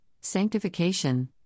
sanctification